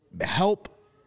help